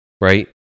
right